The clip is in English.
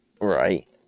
right